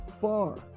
far